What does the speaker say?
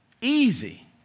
easy